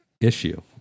issue